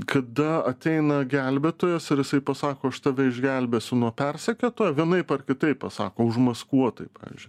kada ateina gelbėtojas ir jisai pasako aš tave išgelbėsiu nuo persekiotojo vienaip ar kitaip pasako užmaskuotai pavyzdžiui